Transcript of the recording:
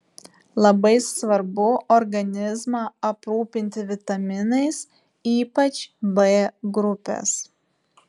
labai svarbu organizmą aprūpinti vitaminais ypač b grupės